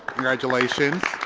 congratulations!